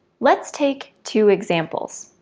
let's take two examples.